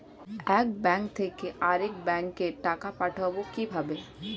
এক ব্যাংক থেকে আরেক ব্যাংকে টাকা পাঠাবো কিভাবে?